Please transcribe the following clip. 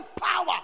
power